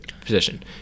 position